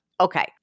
Okay